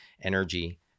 energy